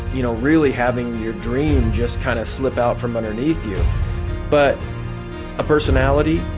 you know really having your dream just kind of slip out from underneath you but a personality,